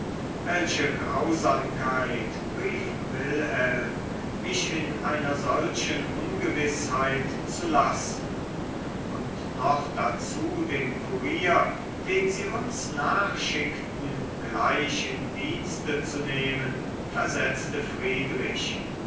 welche grausamkeit rief wilhelm mich in einer solchen ungewißheit zu lassen und noch dazu den kurier den sie uns nachschickten gleich in dienste zu nehmen versetzte friedrich